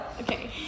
Okay